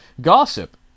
Gossip